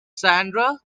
sandra